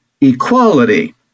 equality